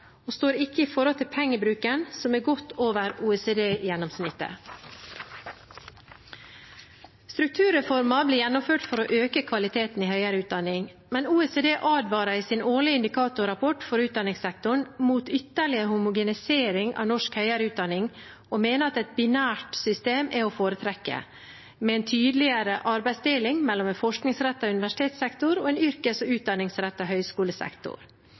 og ikke står i forhold til pengebruken, som er godt over OECD-gjennomsnittet. Strukturreformen ble gjennomført for å øke kvaliteten i høyere utdanning, men OECD advarer i sin årlige indikatorrapport for utdanningssektoren mot ytterligere homogenisering av norsk høyere utdanning og mener at et binært system er å foretrekke, med en tydeligere arbeidsdeling mellom en forskningsrettet universitetssektor og en yrkes- og utdanningsrettet høyskolesektor.